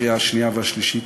בקריאה השנייה והשלישית.